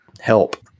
help